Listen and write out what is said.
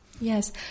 Yes